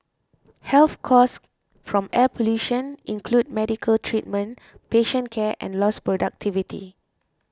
health costs from air pollution include medical treatment patient care and lost productivity